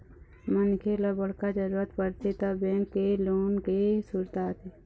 मनखे ल बड़का जरूरत परथे त बेंक के लोन के सुरता आथे